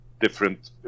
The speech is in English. different